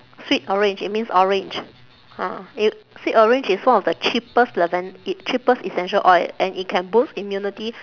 sweet orange it means orange ah it sweet orange is one of the cheapest laven~ it cheapest essential oil and it can boost immunity